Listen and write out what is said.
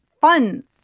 fun